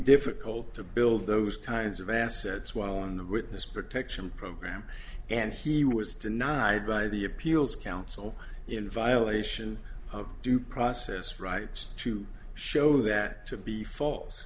difficult to build those kinds of assets while on the witness protection program and he was denied by the appeals council in violation of due process rights to show that to be fal